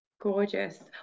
Gorgeous